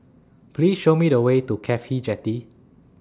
Please Show Me The Way to Cafhi Jetty